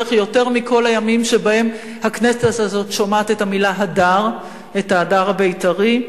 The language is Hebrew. יותר מבכל הימים שבהם הכנסת הזאת שומעת את המלה "הדר" ההדר הבית"רי.